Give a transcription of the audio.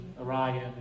Orion